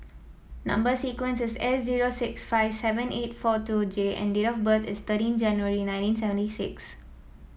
number sequence is S zero six five seven eight four two J and date of birth is thirteen January nineteen seventy six